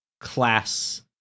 class